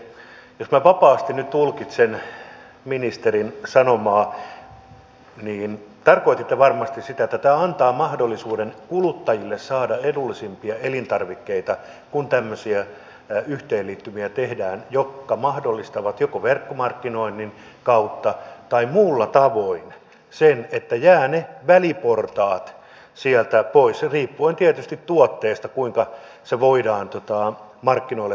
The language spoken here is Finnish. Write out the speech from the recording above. jos minä vapaasti nyt tulkitsen ministerin sanomaa niin tarkoititte varmasti sitä että tämä antaa mahdollisuuden kuluttajille saada edullisimpia elintarvikkeita kun tehdään tämmöisiä yhteenliittymiä jotka mahdollistavat joko verkkomarkkinoinnin kautta tai muulla tavoin sen että ne väliportaat jäävät sieltä pois riippuen tietysti tuotteesta kuinka se voidaan markkinoille saattaa